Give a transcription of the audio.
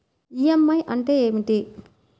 EMI అంటే ఏమిటి?